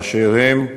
באשר הם,